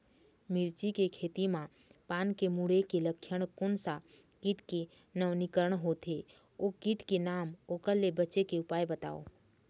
मिर्ची के खेती मा पान के मुड़े के लक्षण कोन सा कीट के नवीनीकरण होथे ओ कीट के नाम ओकर ले बचे के उपाय बताओ?